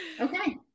Okay